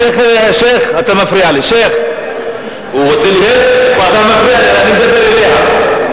אתה מפריע לי, אני מדבר אליה.